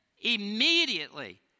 immediately